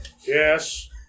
Yes